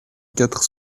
quatre